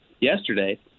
yesterday